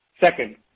Second